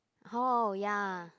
oh ya